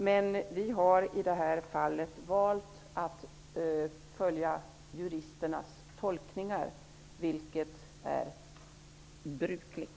Men vi har i detta fall valt att följa juristernas tolkningar, vilket är brukligt.